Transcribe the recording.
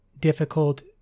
difficult